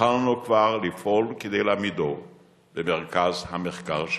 התחלנו כבר לפעול כדי להעמידו במרכז המחקר שלנו.